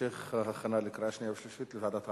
התשע"ב 2012, לוועדת העבודה,